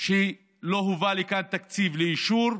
וחצי שלא הובא לכאן תקציב לאישור,